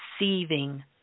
receiving